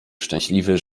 szczęśliwy